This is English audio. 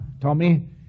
Tommy